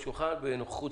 מה